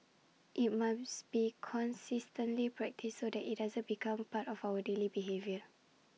IT must be consistently practised so that IT becomes part of our daily behaviour